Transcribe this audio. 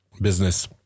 business